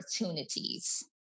opportunities